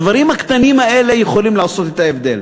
הדברים הקטנים האלה יכולים לעשות את ההבדל.